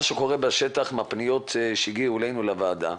מהפניות שהגיעו אלינו לוועדה,